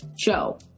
show